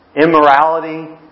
immorality